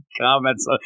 comments